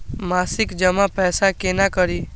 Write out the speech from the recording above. मासिक जमा पैसा केना करी?